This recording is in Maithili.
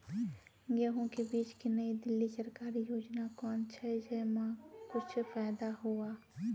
गेहूँ के बीज की नई दिल्ली सरकारी योजना कोन छ जय मां कुछ फायदा हुआ?